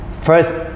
First